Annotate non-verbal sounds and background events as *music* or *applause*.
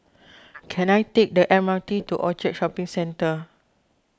*noise* can I take the M R T to Orchard Shopping Centre